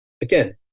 again